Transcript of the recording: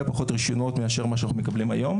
פחות רישיונות לעומת מה שאנחנו מקבלים היום,